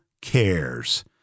cares